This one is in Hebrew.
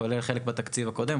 כולל חלק בתקציב הקודם,